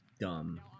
dumb